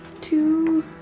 Two